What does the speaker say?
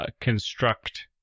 construct